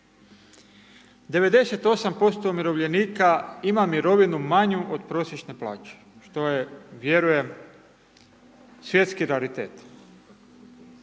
98% umirovljenika ima mirovinu manju od prosječne plaće, što je vjerujem svjetski raritet.